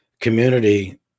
community